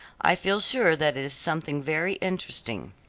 i feel sure that it is something very interesting.